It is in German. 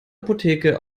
apotheke